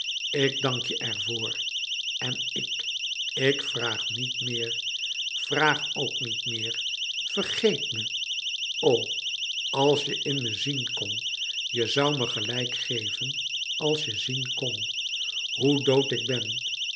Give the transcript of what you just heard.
ik dank je ervoor en ik ik vraag niet meer vraag ook niet meer vergeet me o als je in me zien kon je zoû me gelijk geven als je zien kn hoe dood ik ben